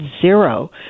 zero